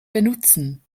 benutzen